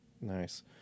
Nice